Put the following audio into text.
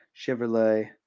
Chevrolet